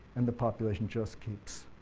and the population just keeps